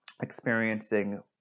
experiencing